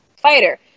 fighter